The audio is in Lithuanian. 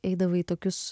eidavai į tokius